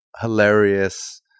hilarious